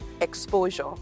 exposure